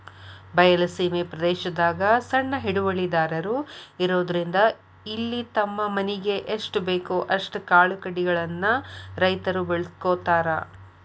ಬಯಲ ಸೇಮಿ ಪ್ರದೇಶದಾಗ ಸಣ್ಣ ಹಿಡುವಳಿದಾರರು ಇರೋದ್ರಿಂದ ಇಲ್ಲಿ ತಮ್ಮ ಮನಿಗೆ ಎಸ್ಟಬೇಕೋ ಅಷ್ಟ ಕಾಳುಕಡಿಗಳನ್ನ ರೈತರು ಬೆಳ್ಕೋತಾರ